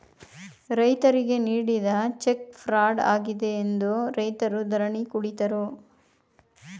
ರೈತರಿಗೆ ನೀಡಿದ cheque fraud ಆಗಿದೆ ಎಂದು ರೈತರು ಧರಣಿ ಕುಳಿತರು